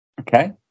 Okay